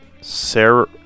Sarah